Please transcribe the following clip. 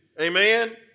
amen